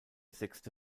sechste